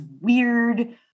weird